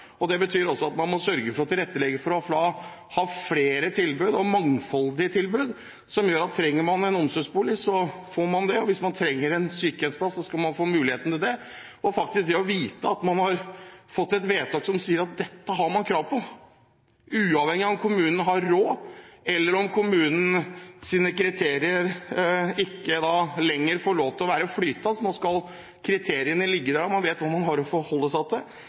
for. Det betyr også at man må sørge for å tilrettelegge for å ha flere tilbud og et mangfoldig tilbud, som gjør at hvis man trenger en omsorgsbolig, får man det, og hvis man trenger en sykehjemsplass, skal man få muligheten til det og til faktisk å vite at man har fått et vedtak som sier at dette har man krav på, uavhengig av om kommunen har råd, eller om kommunens kriterier ikke lenger får lov til å være flytende. For nå skal kriteriene ligge der slik at man vet hva man har å forholde seg til,